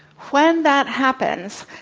when that happens,